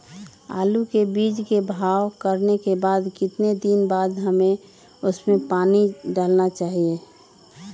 आलू के बीज के भाव करने के बाद कितने दिन बाद हमें उसने पानी डाला चाहिए?